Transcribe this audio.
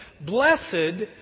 Blessed